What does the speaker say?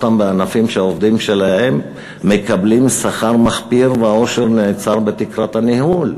בענפים שהעובדים שלהם מקבלים שכר מחפיר והעושר נעצר בתקרת הניהול?